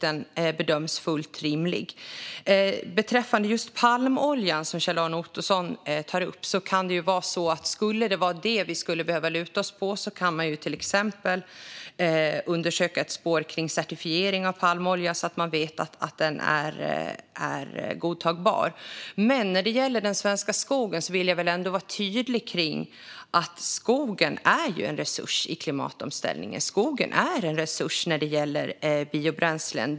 Om vi skulle behöva luta oss på palmoljan, som Kjell-Arne Ottosson tar upp, skulle man kanske till exempel kunna undersöka ett spår kring certifiering av palmolja så att man vet att den är godtagbar. Vad avser den svenska skogen vill jag vara tydlig med att skogen är en resurs i klimatomställningen. Skogen är en resurs i fråga om biobränslen.